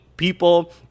People